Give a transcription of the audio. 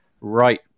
right